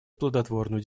плодотворную